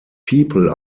people